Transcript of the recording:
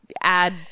add